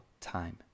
time